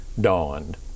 dawned